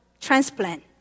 transplant